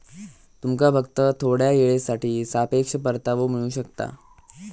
तुमका फक्त थोड्या येळेसाठी सापेक्ष परतावो मिळू शकता